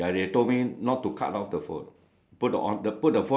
ah instead of break it into two we make it into one